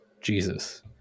Jesus